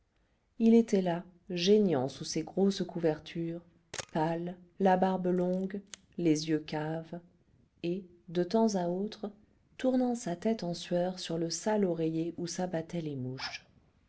il était là geignant sous ses grosses couvertures pâle la barbe longue les yeux caves et de temps à autre tournant sa tête en sueur sur le sale oreiller où s'abattaient les mouches